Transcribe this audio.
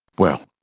well,